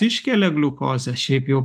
iškelia gliukozę šiaip jau